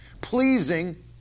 pleasing